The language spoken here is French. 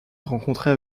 rencontrait